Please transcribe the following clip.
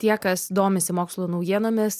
tie kas domisi mokslo naujienomis